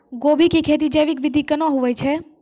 गोभी की खेती जैविक विधि केना हुए छ?